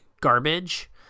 garbage